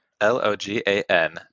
l-o-g-a-n